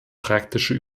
praktische